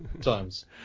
Times